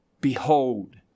Behold